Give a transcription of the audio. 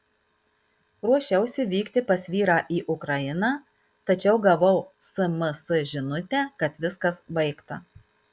ruošiausi vykti pas vyrą į ukrainą tačiau gavau sms žinutę kad viskas baigta